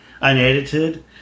unedited